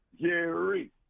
Jerry